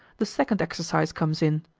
the second exercise comes in,